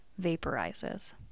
vaporizes